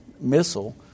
missile